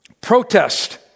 protest